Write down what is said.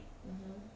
um hmm